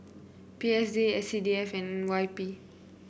P S D S C D F and Y P